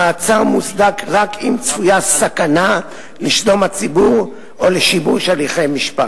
המעצר מוצדק רק אם צפויה סכנה לשלום הציבור או לשיבוש הליכי משפט.